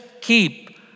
keep